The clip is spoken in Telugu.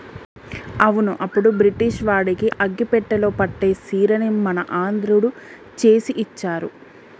అవును అప్పుడు బ్రిటిష్ వాడికి అగ్గిపెట్టెలో పట్టే సీరని మన ఆంధ్రుడు చేసి ఇచ్చారు